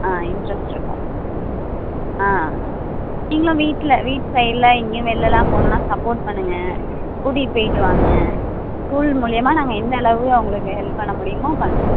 ஆ interest இருக்கும் ஆ நீங்களும் வீட்டில் வீட் சைடில் எங்கேயும் வெள்லெலாம் போகணுனா சப்போர்ட் பண்ணுங்க கூட்டிகிட்டு போயிட்டு வாங்க ஸ்கூல் மூலயமா நாங்கள் எந்த அளவு அவங்களுக்கு ஹெல்ப் பண்ண முடியுமோ பண்ணுவோம்